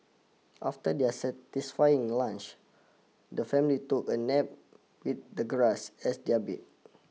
after their satisfying lunch the family took a nap with the grass as their bed